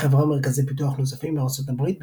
לחברה מרכזי פיתוח נוספים בארצות הברית,